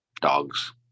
dogs